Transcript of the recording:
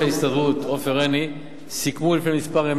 ההסתדרות עופר עיני סיכמו לפני ימים מספר,